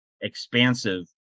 expansive